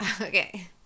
okay